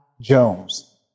Jones